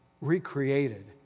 recreated